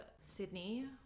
Sydney